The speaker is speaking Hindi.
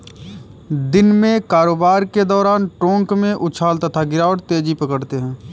दिन में कारोबार के दौरान टोंक में उछाल तथा गिरावट तेजी पकड़ते हैं